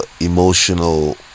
emotional